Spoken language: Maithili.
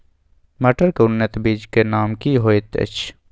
मटर के उन्नत बीज के नाम की होयत ऐछ?